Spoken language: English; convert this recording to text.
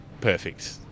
perfect